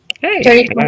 Hey